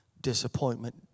Disappointment